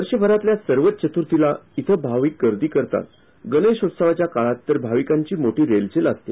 वर्षभरातल्या सर्वच चतुर्थीला इथं भाविक गर्दी करतात गणेशोत्सवाच्या काळात तर भाविकांची मोठी रेलघेल असते